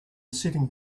sitting